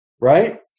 right